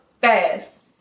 fast